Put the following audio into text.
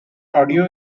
audio